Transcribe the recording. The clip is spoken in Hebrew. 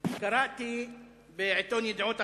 קראתי בעיתון "ידיעות אחרונות":